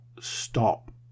stop